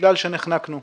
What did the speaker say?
בגלל שנחנקנו,